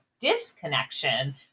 disconnection